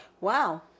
Wow